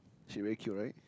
sheep very cute right